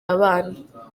abana